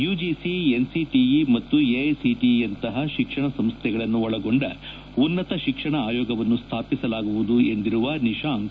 UGC NCTE ಮತ್ತು AICTE ಯಂತಹ ಶಿಕ್ಷಣ ಸಂಸ್ವೆಗಳನ್ನು ಒಳಗೊಂಡ ಉನ್ನತ ಶಿಕ್ಷಣ ಆಯೋಗವನ್ನು ಸ್ಥಾಪಸಲಾಗುವುದು ಎಂದಿರುವ ನಿಶಾಂಕ್